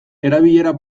erabilera